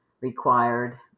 required